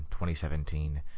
2017